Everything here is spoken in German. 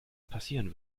passieren